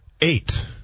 eight